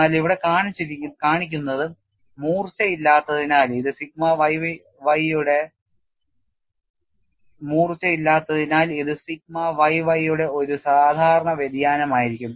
എന്നാൽ ഇവിടെ കാണിക്കുന്നത് മൂർച്ചയില്ലാത്തതിനാൽ ഇത് സിഗ്മ yy യുടെ ഒരു സാധാരണ വ്യതിയാനമായിരിക്കും